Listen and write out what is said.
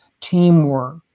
teamwork